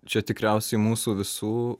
čia tikriausiai mūsų visų